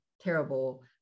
terrible